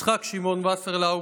יצחק שמעון וסרלאוף,